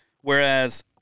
Whereas